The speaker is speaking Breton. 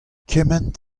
kement